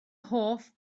hoff